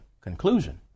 conclusion